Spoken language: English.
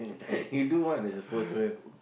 you do what there's a first